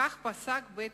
כך פסק בית-המשפט.